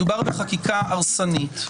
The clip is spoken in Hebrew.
מדובר בחקיקה הרסנית.